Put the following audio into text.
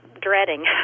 dreading